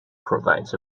provides